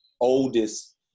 oldest